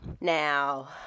now